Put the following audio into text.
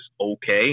okay